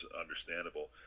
understandable